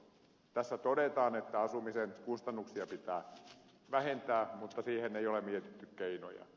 tässä todetaan että asumisen kustannuksia pitää vähentää mutta siihen ei ole mietitty keinoja